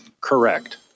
Correct